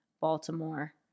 Baltimore